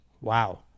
wow